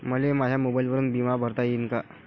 मले माया मोबाईलवरून बिमा भरता येईन का?